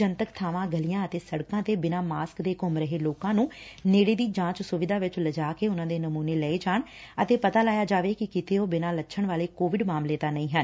ਜਨਤਕ ਬਾਵਾਂ ਗਲੀਆਂ ਅਤੇ ਸੜਕਾਂ ਤੇ ਬਿਨਾਂ ਮਾਸਕ ਦੇ ਘੂੰਮ ਰਹੇ ਲੋਕਾਂ ਨੂੰ ਨੇੜੇ ਦੀ ਜਾਂਚ ਸੁਵਿਧਾ ਵਿਚ ਲਿਜਾ ਕੇ ਉਨੂਾਂ ਦੇ ਨਮੂਨੇ ਲਏ ਜਾਣ ਅਤੇ ਪਤਾ ਲਾਇਆ ਜਾਵੇ ਕਿ ਕਿਤੇ ਉਹ ਬਿਨਾਂ ਲੱਛਣ ਵਾਲੇ ਕੋਵਿਡ ਮਾਮਲੇ ਤਾ ਨਹੀਂ ਹਨ